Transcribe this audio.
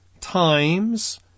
times